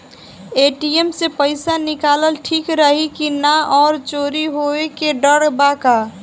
ATM से पईसा निकालल ठीक रही की ना और चोरी होये के डर बा का?